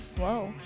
whoa